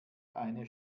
eine